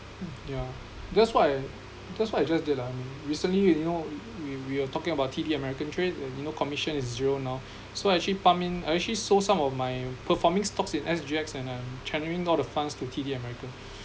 yeah because what I because what I just did um recently you know we we were talking about T_D american trade and you know commission is zero now so I actually pump in I actually sold some of my performing stocks in S_G_X and I'm channeling all the funds to T_D american